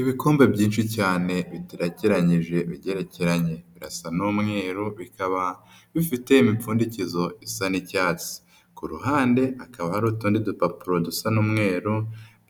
Ibikombe byinshi cyane biterekeranyije bigerekeranye. Birasa n'umweru bikaba bifite imipfundikizo isa n'icyatsi . Ku ruhande hakaba hari utundi dupapuro dusa n'umweru,